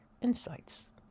Insights